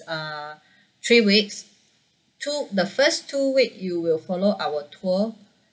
uh three weeks two the first two week you will follow our tour